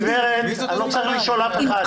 מי זאת אתי גבאי?